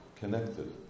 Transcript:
connected